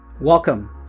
Welcome